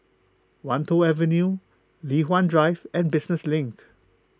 Wan Tho Avenue Li Hwan Drive and Business Link